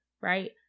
Right